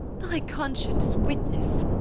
thy conscience witness!